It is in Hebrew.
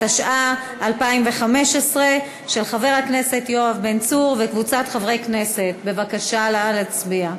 התשע"ה 2015. בבקשה להצביע.